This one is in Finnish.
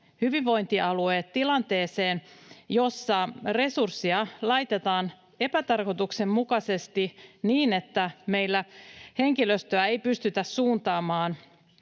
hyvinvointialueet tilanteeseen, jossa resurssia laitetaan epätarkoituksenmukaisesti niin, että meillä henkilöstöä ei pystytä suuntaamaan